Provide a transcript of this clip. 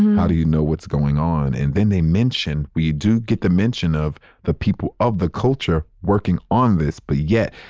how do you know what's going on? and then they mention, we do get the mention of the people of the culture working on this. but yet,